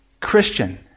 Christian